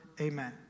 Amen